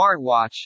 smartwatch